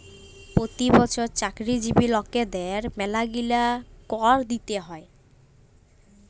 পতি বচ্ছর চাকরিজীবি লকদের ম্যালাগিলা কর দিতে হ্যয়